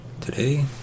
Today